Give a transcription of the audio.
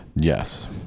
yes